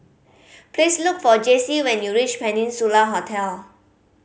please look for Jessi when you reach Peninsula Hotel